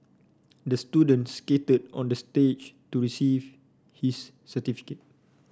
the student skated on the stage to receive his certificate